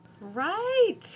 Right